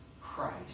Christ